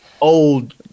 old